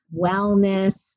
wellness